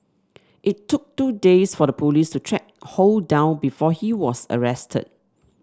it took two days for the police to track Ho down before he was arrested